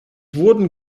wurden